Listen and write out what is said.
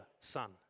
son